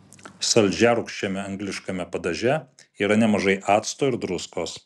saldžiarūgščiame angliškame padaže yra nemažai acto ir druskos